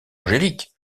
angélique